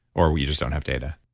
or, we just don't have data?